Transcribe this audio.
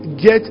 Get